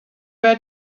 were